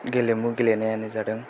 गेलेमु गेलेनायानो जादों